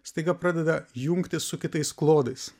staiga pradeda jungtis su kitais klodais